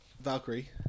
Valkyrie